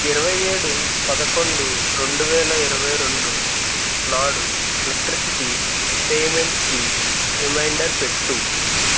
ఇరవై ఏడు పదకొండు రెండు వేల ఇరవై రెండు నాడు ఎలక్ట్రిసిటీ పేమెంట్కి రిమైండర్ పెట్టు